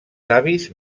savis